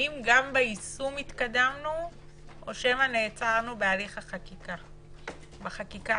האם גם ביישום התקדמנו או שמא נעצרנו בהליך החקיקה עצמה?